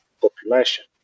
population